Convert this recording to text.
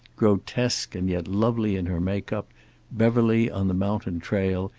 grotesque and yet lovely in her make-up beverly on the mountain-trail,